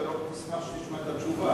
אתה לא תשמח כשתשמע את התשובה.